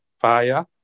fire